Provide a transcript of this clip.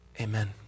amen